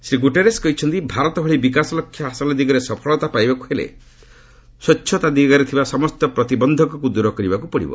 Shri Guterres କହିଛନ୍ତି ଭାରତ ଭଳି ବିକାଶ ଲକ୍ଷ୍ୟ ହାସଲ ଦିଗରେ ସଫଳତା ପାଇବାକୁ ହେଲେ ସ୍ୱଚ୍ଛତା ଦିଗରେ ଥିବା ସମସ୍ତ ପ୍ରତିବନ୍ଧକକୁ ଦୂର କରିବାକୁ ପଡ଼ିବ